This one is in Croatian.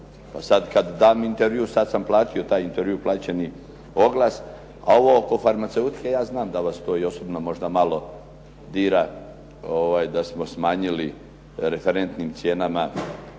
sad sam platio taj intervju, plaćeni oglas. A ovo oko farmaceutke ja znam da vas to i osobno možda malo dira da smo smanjili referentnim cijenama